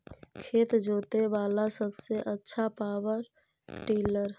खेत जोते बाला सबसे आछा पॉवर टिलर?